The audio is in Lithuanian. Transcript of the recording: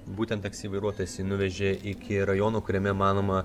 būtent taksi vairuotojas jį nuvežė iki rajono kuriame manoma